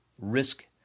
risk